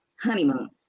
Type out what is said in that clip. honeymoon